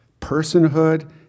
personhood